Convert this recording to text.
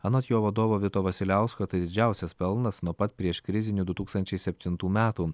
anot jo vadovo vito vasiliausko tai didžiausias pelnas nuo pat prieškrizinių du tūkstančiai septintų metų